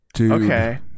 Okay